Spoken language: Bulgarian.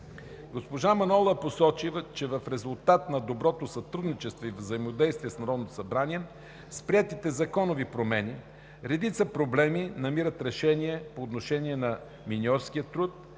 Госпожа Манолова посочи, че в резултат на доброто сътрудничество и взаимодействие с Народното събрание, с приетите законови промени редица проблеми намират разрешение по отношение на миньорския труд